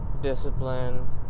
discipline